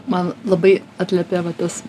man labai atliepia va tas